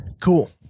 cool